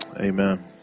Amen